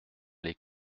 les